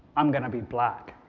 i'm going to be black.